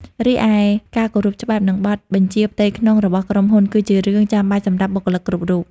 រីឯការគោរពច្បាប់ និងបទបញ្ជាផ្ទៃក្នុងរបស់ក្រុមហ៊ុន គឺជារឿងចាំបាច់សម្រាប់បុគ្គលិកគ្រប់រូប។